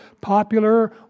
popular